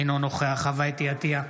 אינו נוכח חוה אתי עטייה,